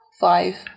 Five